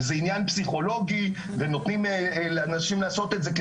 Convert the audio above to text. וזה עניין פסיכולוגי ונותנים לאנשים לעשות את זה,